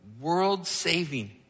world-saving